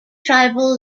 tribal